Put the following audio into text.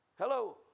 Hello